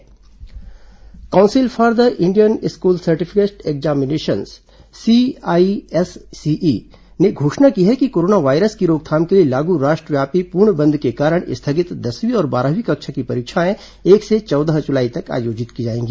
CISCE परीक्षा council for the Indian school certificate examinations CISCE ने घोषणा की है कि कोरोना वायरस की रोकथाम के लिए लागू राष्ट्रव्यापी पूर्णबंदी के कारण स्थगित दसवीं और बारहवीं कक्षा की परीक्षाएं एक से चौदह जुलाई तक आयोजित की जाएगी